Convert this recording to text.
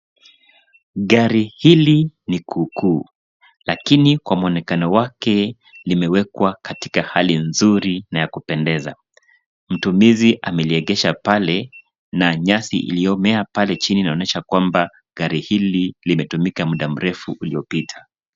Gari hili ni kuu kuu, lakini kwa muonekano wake limewekwa katika hali nzuri na ya kupendeza. Mtumizi ameliegesha pale na nyasi iliyomea pale chini inaonyesha gari hili limetumika mda mrefu ulio pita.